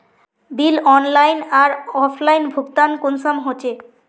Bill online आर offline भुगतान कुंसम होचे?